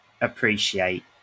appreciate